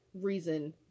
reason